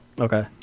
Okay